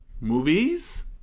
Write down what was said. Movies